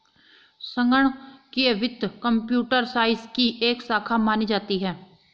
संगणकीय वित्त computer science की एक शाखा मानी जाती है